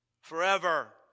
Forever